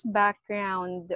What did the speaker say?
background